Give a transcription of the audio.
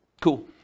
cool